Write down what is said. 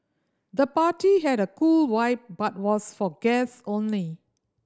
the party had a cool vibe but was for guest only